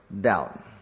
doubt